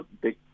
big